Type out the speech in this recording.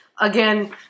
again